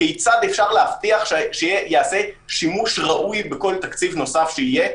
כיצד אפשר להבטיח שייעשה שימוש ראוי בכל תקציב נוסף שיהיה?